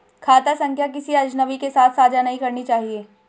खाता संख्या किसी अजनबी के साथ साझा नहीं करनी चाहिए